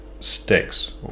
Sticks